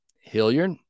Hilliard